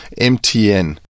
MTN